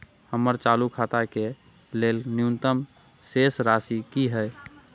हमर चालू खाता के लेल न्यूनतम शेष राशि की हय?